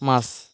মাছ